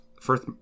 first